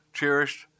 cherished